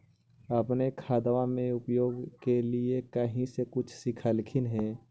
अपने खादबा के उपयोग के लीये कही से कुछ सिखलखिन हाँ?